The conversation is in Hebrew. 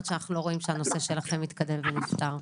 עד שאנחנו רואים שהנושא שלכם התקדם ונפתר.